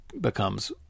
becomes